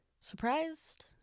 Surprised